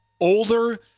older